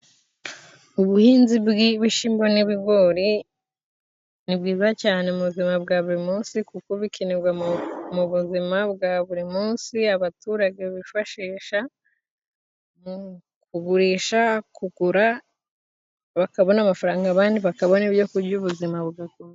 Ubuhinzi bw'ibishimbo n'ibigori ni bwiza cyane mu buzima bwa buri munsi, kuko bikenerwa mu buzima bwa buri munsi abaturage bifashisha. Kugurisha, kugura bakabona amafaranga abandi bakabona ibyokurya ubuzima bugakomeza.